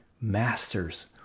masters